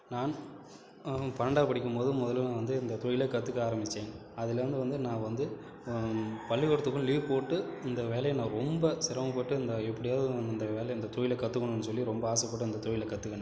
நான் பன்னிரெண்டாவது படிக்கும் போது முதல்ல நான் வந்து இந்த தொழிலை கத்துக்க ஆரமிச்சேன் அதுலேருந்து வந்து நான் வந்து பள்ளிக்கூடத்துக்கும் லீவ் போட்டு இந்த வேலையை நான் ரொம்ப சிரமப்பட்டு இந்த எப்படியாவது நாம இந்த வேலையை இந்த தொழில் கத்துக்கணுன்னு சொல்லி ரொம்ப ஆசைப்பட்டு அந்த தொழில் கத்துக்குனேன்